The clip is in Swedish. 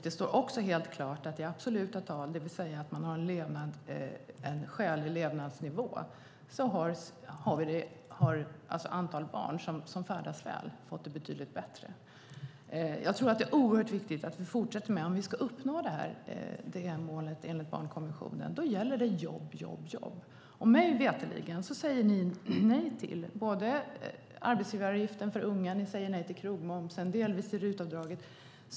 Det står också helt klart att i absoluta tal, det vill säga att man har en skälig levnadsnivå, har antalet barn som fått det betydligt bättre ökat. Jag tror att det är oerhört viktigt att vi fortsätter detta arbete, och om vi ska uppnå detta delmål enligt barnkonventionen gäller det att det skapas jobb, jobb, jobb. Mig veterligen säger ni nej till den lägre arbetsgivaravgiften för unga, till krogmomsen och delvis även till RUT-avdraget.